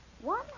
One